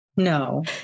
No